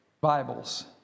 Bibles